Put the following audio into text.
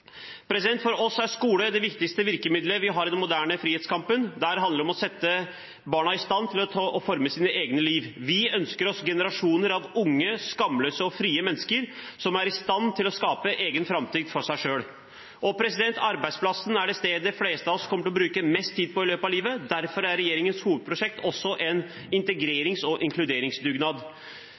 for Venstre i regjering. For oss er skole det viktigste virkemiddelet vi har i den moderne frihetskampen. Der handler det om å sette barna i stand til å forme sitt eget liv. Vi ønsker oss generasjoner av unge skamløse og frie mennesker som er i stand til å skape en framtid for seg selv. Arbeidsplassen er det stedet de fleste av oss kommer til å bruke mest tid på i løpet av livet. Derfor er regjeringens hovedprosjekt også en integrerings- og inkluderingsdugnad.